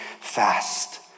fast